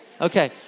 Okay